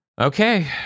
Okay